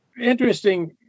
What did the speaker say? interesting